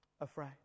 afraid